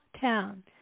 town